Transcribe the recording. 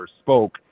spoke